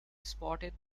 spotted